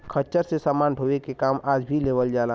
खच्चर से समान ढोवे के काम आज भी लेवल जाला